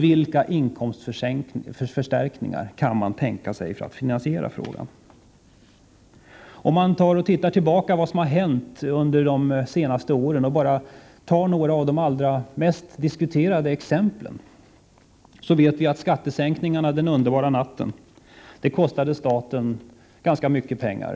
Vilka inkomstförstärkningar kan man tänka sig för att finansiera? Om vi ser på vad som hänt under de senaste åren och tar några av de mest diskuterade exemplen, finner vi att skattesänkningarna den underbara natten kostade staten ganska mycket pengar.